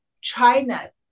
China